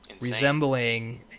resembling